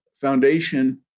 foundation